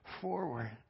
forward